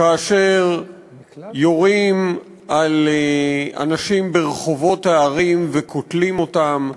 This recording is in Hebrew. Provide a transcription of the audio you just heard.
כאשר יורים על אנשים ברחובות הערים וקוטלים אותם,